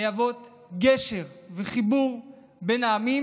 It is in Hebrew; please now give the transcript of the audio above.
להוות גשר וחיבור בין העמים.